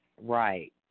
Right